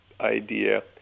idea